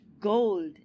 gold